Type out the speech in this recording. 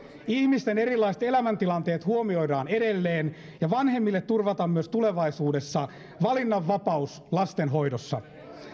ihmisten erilaiset elämäntilanteet huomioidaan edelleen ja vanhemmille turvataan myös tulevaisuudessa valinnanvapaus lastenhoidossa